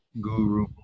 guru